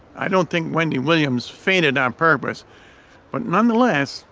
i don't think wendy williams fainted on purpose but nonetheless,